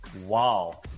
wow